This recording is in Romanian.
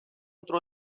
într